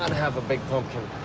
um have a big pumpkin.